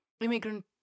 immigrant